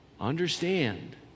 understand